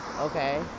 okay